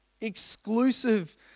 exclusive